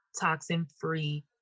toxin-free